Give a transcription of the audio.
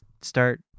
start